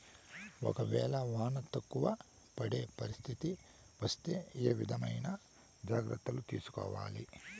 ఒక వేళ వాన తక్కువ పడే పరిస్థితి వస్తే ఏ విధమైన జాగ్రత్తలు తీసుకోవాలి?